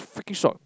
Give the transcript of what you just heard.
freaking short